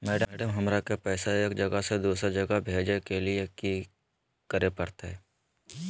Madam, हमरा के पैसा एक जगह से दुसर जगह भेजे के लिए की की करे परते?